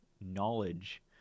knowledge